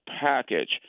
package